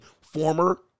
former